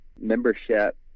membership